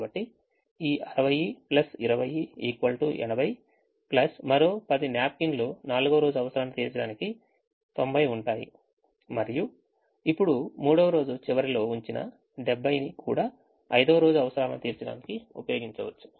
కాబట్టి ఈ 602080 ప్లస్ మరో 10 న్యాప్కిన్ లు నాల్గవ రోజు అవసరాన్ని తీర్చడానికి 90 ఉంటాయి మరియు ఇప్పుడు మూడవ రోజు చివరిలో ఉంచిన 70 ని కూడా ఐదవ రోజు అవసరాలను తీర్చడానికి ఉపయోగించవచ్చు